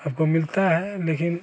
आपको मिलता है लेकिन